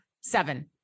seven